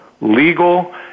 legal